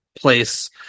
place